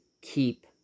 keep